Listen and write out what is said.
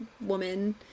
woman